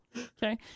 okay